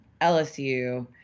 LSU